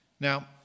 Now